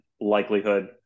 likelihood